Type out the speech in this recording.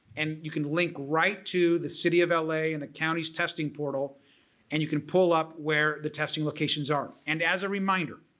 and you can link right to the city of ah la and the county's testing portal and you can pull up where the testing locations are. and as a reminder,